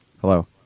Hello